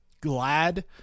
glad